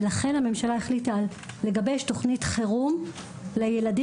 ולכן הממשלה החליטה לגבש תוכנית חירום לילדים,